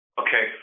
okay